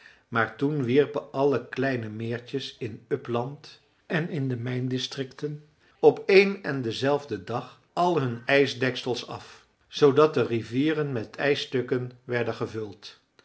maar toen wierpen alle kleine meertjes in uppland en in de mijndistricten op één en denzelfden dag al hun ijsdeksels af zoodat de rivieren met ijsstukken werden gevuld